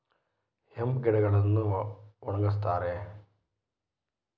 hemp ಗಿಡಗಳನ್ನು ಒಣಗಸ್ತರೆ